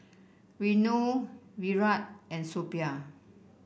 Renu Virat and Suppiah